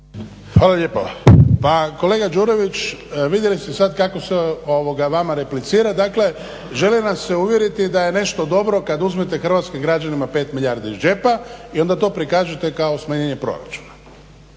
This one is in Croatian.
Hvala lijepa. Pa kolega Đurović, vidjeli ste sad kako se vama replicira, dakle želi nas se uvjeriti da je nešto dobro kad uzmete hrvatskim građanima 5 milijardi iz džepa i onda to prikažete kao smanjenje proračuna.